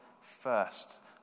first